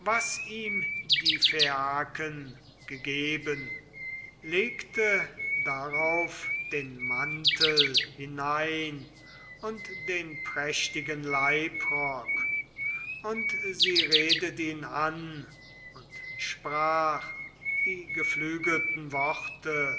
ihm die phaiaken gegeben legte darauf den mantel hinein und den prächtigen leibrock und sie redet ihn an und sprach die geflügelten worte